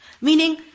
meaning